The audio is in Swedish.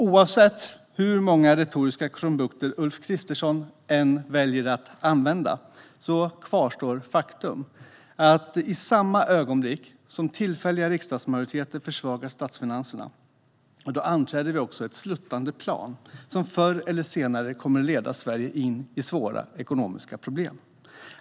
Oavsett hur många retoriska krumbukter Ulf Kristersson väljer att använda kvarstår faktum; i samma ögonblick som tillfälliga riksdagsmajoriteter försvagar statsfinanserna anträder vi ett sluttande plan som förr eller senare kommer att leda Sverige in i svåra ekonomiska problem.